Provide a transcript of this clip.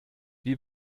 wie